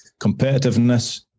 Competitiveness